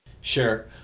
Sure